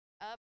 up